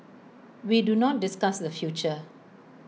we do not discuss the future